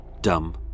dumb